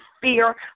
fear